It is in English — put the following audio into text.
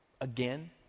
again